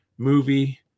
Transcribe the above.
Movie